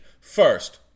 First